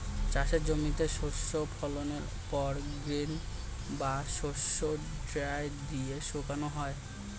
চাষের জমিতে শস্য ফলনের পর গ্রেন বা শস্য ড্রায়ার দিয়ে শুকানো হয়